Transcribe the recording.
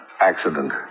accident